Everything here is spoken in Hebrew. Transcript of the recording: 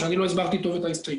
או שאני לא הסברתי טוב את ההסתייגות.